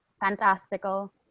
fantastical